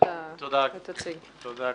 תודה גברתי.